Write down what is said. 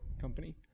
company